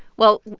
well,